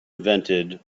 invented